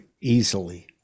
Easily